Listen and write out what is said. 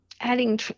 adding